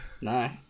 No